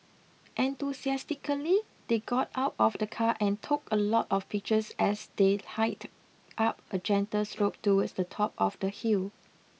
enthusiastically they got out of the car and took a lot of pictures as they hiked up a gentle slope towards the top of the hill